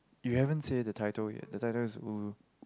you haven't said the title yet the title is ulu